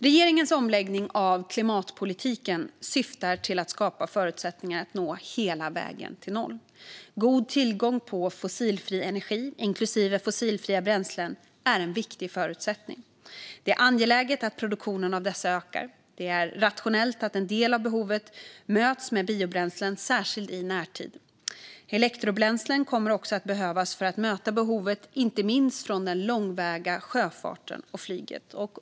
Regeringens omläggning av klimatpolitiken syftar till att skapa förutsättningar att nå hela vägen till noll. God tillgång på fossilfri energi, inklusive fossilfria bränslen, är en viktig förutsättning. Det är angeläget att produktionen av dessa ökar. Det är rationellt att en del av behovet möts med biobränslen, särskilt i närtid. Elektrobränslen kommer också att behövas för att möta behovet inte minst från den långväga sjöfarten och flyget.